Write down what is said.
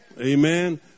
Amen